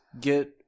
get